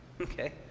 Okay